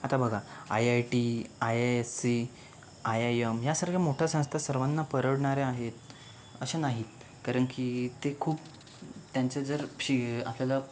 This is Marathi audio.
आता बघा I I T I I S C I I M या सारख्या मोठ्या संस्था सर्वांना परवडणाऱ्या आहेत असे नाही कारण की ते खूप त्यांच्या जर फी आपल्याला